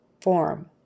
FORM